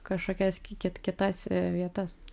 kažkokias ki kit kitas a vietas